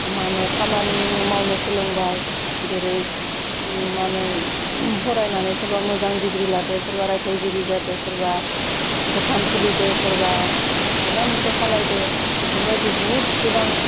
मा होनो खामानि मावनो सोलोंबाय जेरै मा होनो फरायनानै सोरबा मोजां डिग्रि लादों सोरबा रायथाइगिरि जादों सोरबा दखान खुलिदों सोरबा मायबा मोनसे खालायदों बेफोरबायदि बुहुत गोबां